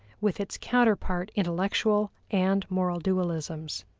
with its counterpart intellectual and moral dualisms.